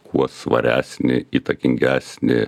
kuo svaresnį įtakingesnį